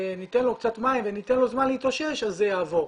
ניתן לו קצת מים וניתן לו זמן להתאושש, זה יעבור.